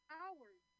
hours